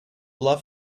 love